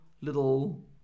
little